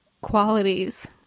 qualities